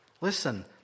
Listen